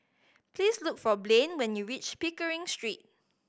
please look for Blain when you reach Pickering Street